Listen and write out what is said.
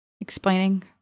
explaining